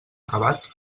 acabat